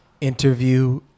interview